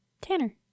Tanner